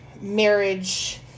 marriage